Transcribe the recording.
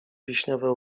wiśniowe